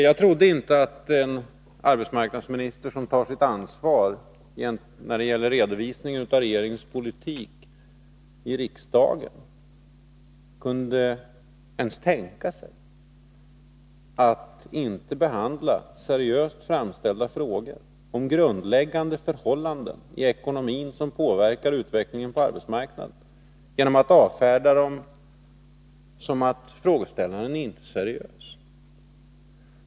Jag trodde inte att en arbetsmarknadsminister som tar sitt ansvar när det gäller redovisningen i riksdagen av regeringens politik kunde ens tänka sig att inte behandla seriöst framställda frågor om grundläggande förhållanden i ekonomin som påverkar utvecklingen på arbetsmarknaden genom att avfärda dem med att säga att frågeställaren inte är seriös.